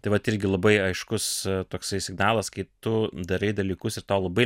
tai vat irgi labai aiškus toksai signalas kai tu darai dalykus ir tau labai